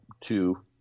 two